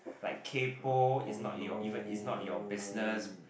like kaypo it's not your even it's not your business